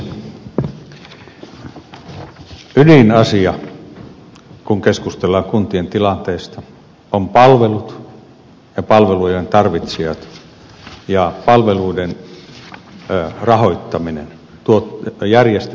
ydinasia kun keskustellaan kuntien tilanteesta on palvelut ja palvelujen tarvitsijat ja palveluiden rahoittaminen järjestäminen ja tuottaminen